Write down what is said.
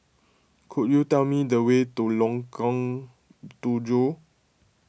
could you tell me the way to Lengkong Tujuh